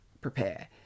prepare